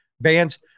bands